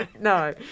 No